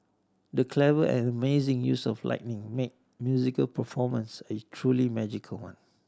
the clever and amazing use of lighting made the musical performance a truly magical one